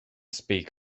speak